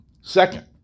Second